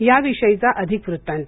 याविषयीचा अधिक वृत्तान्त